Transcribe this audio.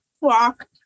walk